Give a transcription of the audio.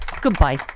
Goodbye